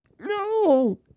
No